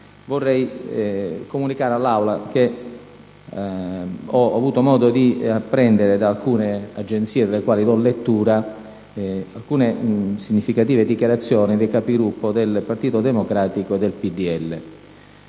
vorrei comunicare all'Aula che ho avuto modo di apprendere, da alcuni dispacci d'agenzia dei quali do lettura, alcune significative dichiarazioni dei Capigruppo del Partito Democratico e del